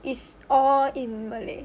it's all in malay